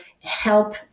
help